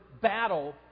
battle